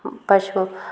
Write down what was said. പശു